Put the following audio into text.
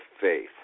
faith